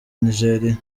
nigeria